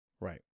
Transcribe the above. right